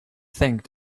think